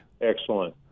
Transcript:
Excellent